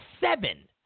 seven